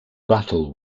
battle